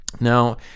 Now